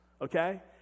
okay